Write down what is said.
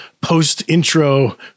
post-intro